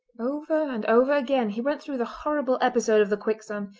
over and over again he went through the horrible episode of the quicksand,